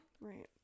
right